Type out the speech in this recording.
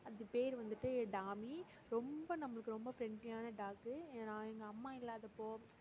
அது பேர் வந்துட்டு டாமி ரொம்ப நம்பளுக்கு ரொம்ப ஃப்ரெண்ட்லியான டாக்கு நான் எங்கள் அம்மா இல்லாதப்போ